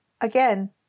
Again